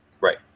Right